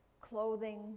Clothing